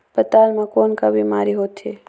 पातल म कौन का बीमारी होथे?